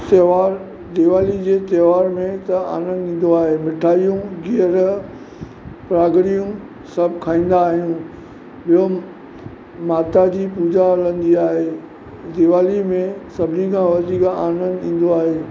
त्योहारु दीवाली जे त्योहार में त आनंद ईंदो आहे मिठायूं गिअर प्राॻिड़ियूं सभु खाईंदा आहियूं ॿियो माता जी पूॼा हलंदी आहे दीवाली में सभिनि खां वधीक आनंद ईंदो आहे